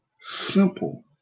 simple